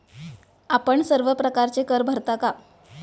आपण सर्व प्रकारचे कर भरता का?